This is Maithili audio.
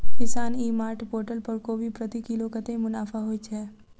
किसान ई मार्ट पोर्टल पर कोबी प्रति किलो कतै मुनाफा होइ छै?